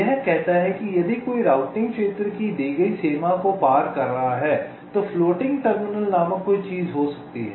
यह कहता है कि यदि कोई राउटिंग क्षेत्र की दी गई सीमा को पार कर रहा है तो फ्लोटिंग टर्मिनल नामक कोई चीज हो सकती है